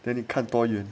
then 你看多元